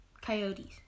coyotes